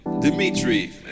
Dimitri